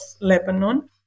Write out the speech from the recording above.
Lebanon